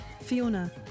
fiona